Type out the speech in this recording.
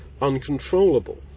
uncontrollable